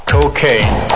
Cocaine